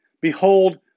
Behold